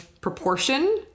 proportion